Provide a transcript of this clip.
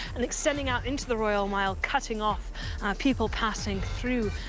and extending out into the royal mile, cutting off people passing through.